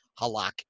Halak